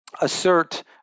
assert